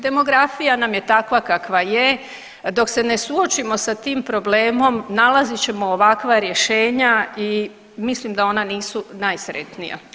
Demografija nam je takva kakva je, dok se ne suočimo sa tim problemom nalazit ćemo ovakva rješenja i mislim da ona nisu najsretnija.